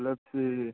ꯕ꯭ꯂꯕꯁꯤ